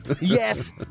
yes